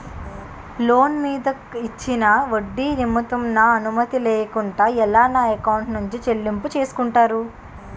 Loan మీద ఇచ్చిన ఒడ్డి నిమిత్తం నా అనుమతి లేకుండా ఎలా నా ఎకౌంట్ నుంచి చెల్లింపు చేసుకుంటారు?